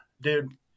dude